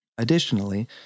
Additionally